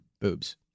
boobs